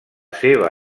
seva